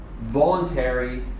Voluntary